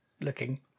looking